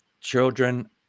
children